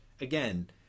again